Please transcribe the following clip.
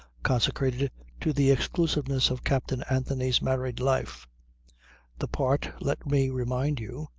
consecrated to the exclusiveness of captain anthony's married life the part, let me remind you,